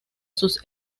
sus